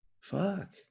Fuck